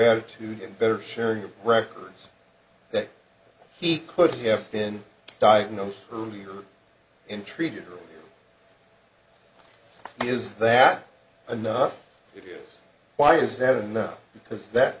attitude and better sharing of records that he could have been diagnosed earlier in treated or is that enough he's why is that enough because that